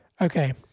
Okay